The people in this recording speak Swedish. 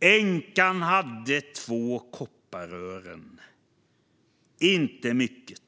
Änkan hade två kopparören - inte mycket.